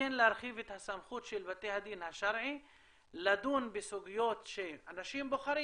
להרחיב את הסמכות של בתי הדין השרעיים לדון בסוגיות שאנשים בוחרים.